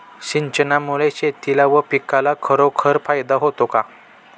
सिंचनामुळे शेतीला व पिकाला खरोखर फायदा होतो का?